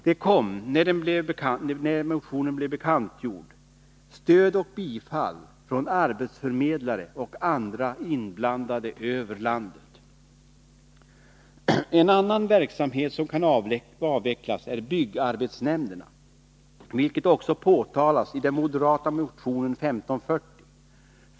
Det kom, när motionen blev bekantgjord, stöd och bifall från arbetsförmedlare och andra inblandade över landet. En annan verksamhet som kan avvecklas är byggarbetsnämnderna, något som också påpekas i den moderata motionen 1540.